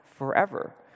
forever